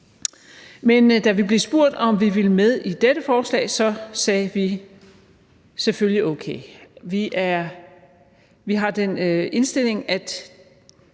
Men da vi blev spurgt, om vi ville med i dette forslag, så sagde vi selvfølgelig okay. Vi har den indstilling, er